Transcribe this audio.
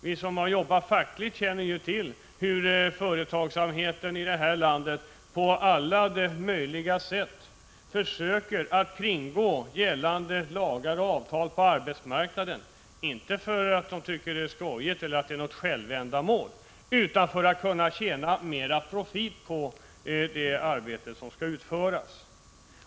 Vi som har jobbat fackligt vet att företagarna i det här landet på alla sätt försöker kringgå gällande lagar och avtal på arbetsmarknaden. Det gör de inte därför att de tycker att det är skojigt eller därför att det är ett självändamål, utan de gör det för profitens skull.